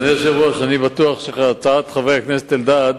אדוני היושב-ראש, אני בטוח שהצעת חבר הכנסת אלדד,